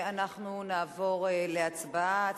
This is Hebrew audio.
אנחנו נעבור להצבעה.